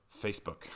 Facebook